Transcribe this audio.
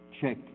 check